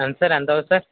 ఎంత సార్ ఎంతవుద్ది సార్